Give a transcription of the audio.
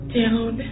down